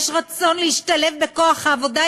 יש רצון להשתלב בכוח העבודה,